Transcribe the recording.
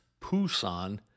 Pusan